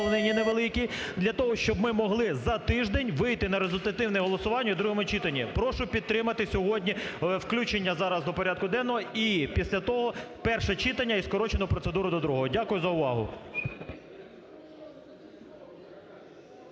Дякую за увагу.